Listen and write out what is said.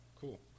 cool